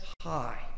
high